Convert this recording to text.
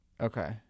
okay